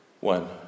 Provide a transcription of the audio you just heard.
One